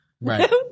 right